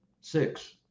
six